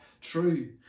true